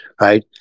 right